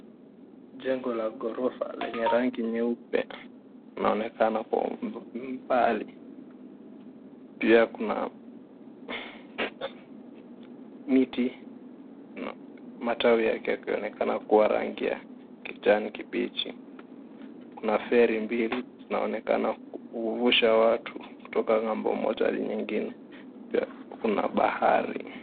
Jengo la ghorofa lenye rangi nyeupe inaonekana kwa umbali, pia kuna miti matawi yake yakionekana. Kuwa rangi ya kijani kibichi kuna feri mbili zinaonekana kuvusha watu kutoka ng'ambo moja hadi nyingine, pia kuna bahari.